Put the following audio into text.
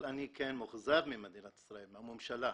אבל אני כן מאוכזב ממדינת ישראל, מהממשלה,